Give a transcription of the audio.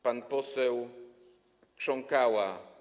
Pan poseł Krząkała.